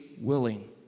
willing